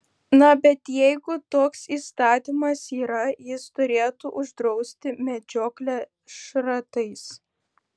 na bet jeigu toks įstatymas yra jis turėtų uždrausti medžioklę šratais